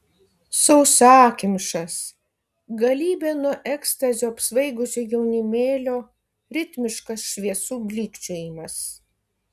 sausakimšas galybė nuo ekstazio apsvaigusio jaunimėlio ritmiškas šviesų blykčiojimas